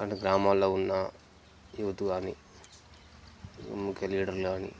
అటు గ్రామాలలో ఉన్న యూత్ కానీ ఇంకా లీడర్లు కానీ